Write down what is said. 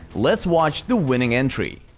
let's watch the winning entry!